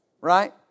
Right